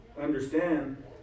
understand